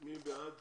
מי בעד